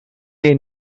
she